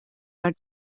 are